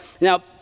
Now